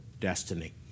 destiny